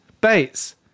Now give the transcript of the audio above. Bates